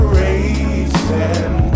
racing